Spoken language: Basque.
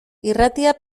irratia